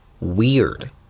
weird